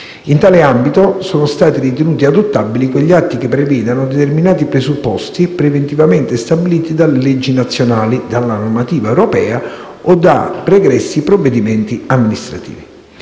In tale ambito, sono stati ritenuti adottabili quegli atti che prevedano determinati presupposti preventivamente stabiliti dalle leggi nazionali, dalla normativa europea o da pregressi provvedimenti amministrativi.